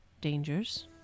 dangers